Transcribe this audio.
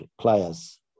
players